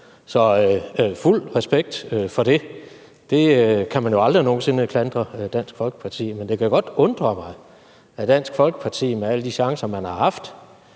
Så fuld respekt for det. Det kan man aldrig nogen sinde klandre Dansk Folkeparti for, men det kan jo godt undre mig, at Dansk Folkeparti med alle de chancer, man har haft,